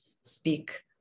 speak